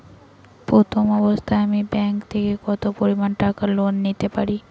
প্রথম অবস্থায় আমি ব্যাংক থেকে কত পরিমান টাকা লোন পেতে পারি?